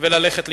וללכת לקראתם?